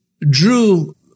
drew